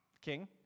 king